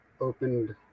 opened